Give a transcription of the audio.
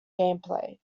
gameplay